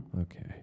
Okay